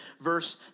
verse